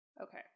Okay